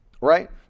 Right